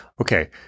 Okay